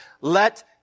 let